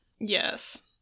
Yes